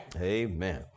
Amen